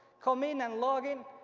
come in and log in,